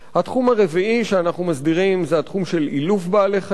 התחום הרביעי שאנחנו מסדירים זה התחום של אילוף בעלי-חיים,